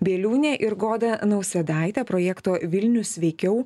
bieliūnė ir goda nausėdaitė projekto vilnius sveikiau